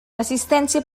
assistència